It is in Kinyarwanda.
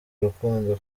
urukundo